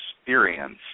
experience